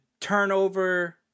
turnover